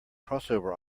crossover